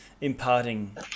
imparting